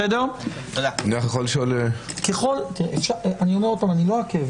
אני אומר עוד פעם שאני לא אעכב.